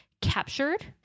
captured